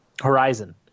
Horizon